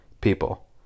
people